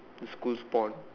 the school's pond